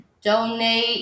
donate